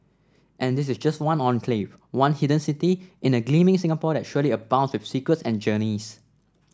and this is just one enclave one hidden city in a gleaming Singapore that surely abounds with secrets and journeys